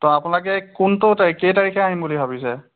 তে আপোনালোকে কোনটো তাৰিখ কেই তাৰিখে আহিম বুলি ভাবিছে